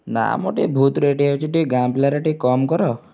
ନାଁ ମ ଟିକେ ବହୁତ ରେଟ୍ ହୋଇଯାଉଛି ଟିକେ ଗାଁ ପିଲାଟା ଟିକେ କମ୍ କର